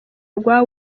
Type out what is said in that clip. rwa